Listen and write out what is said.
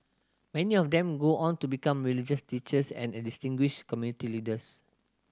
many of them go on to become religious teachers and distinguished community leaders